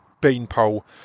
Beanpole